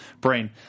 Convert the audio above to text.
Brain